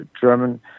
German